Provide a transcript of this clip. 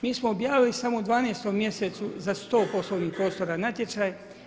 Mi smo objavili samo u 12 mjesecu za sto poslovnih prostora natječaj.